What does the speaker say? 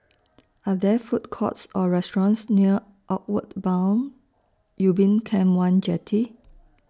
Are There Food Courts Or restaurants near Outward Bound Ubin Camp one Jetty